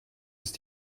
ist